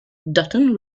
dutton